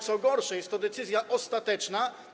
Co gorsze, jest to decyzja ostateczna.